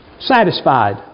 Satisfied